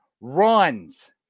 runs